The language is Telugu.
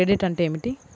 క్రెడిట్ అంటే ఏమిటి?